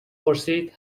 پرسید